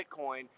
Bitcoin